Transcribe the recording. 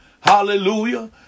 Hallelujah